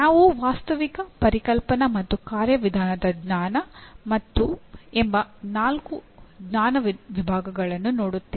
ನಾವು ವಾಸ್ತವಿಕ ಪರಿಕಲ್ಪನಾ ಮತ್ತು ಕಾರ್ಯವಿಧಾನದ ಜ್ಞಾನ ಎಂಬ ನಾಲ್ಕು ಜ್ಞಾನ ವಿಭಾಗಗಳನ್ನು ನೋಡುತ್ತೇವೆ